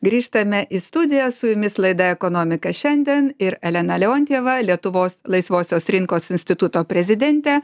grįžtame į studiją su jumis laida ekonomika šiandien ir elena leontjeva lietuvos laisvosios rinkos instituto prezidentė